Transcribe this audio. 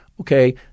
okay